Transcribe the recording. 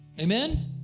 Amen